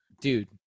Dude